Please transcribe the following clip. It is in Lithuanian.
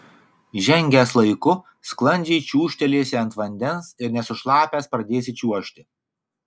žengęs laiku sklandžiai čiūžtelėsi ant vandens ir nesušlapęs pradėsi čiuožti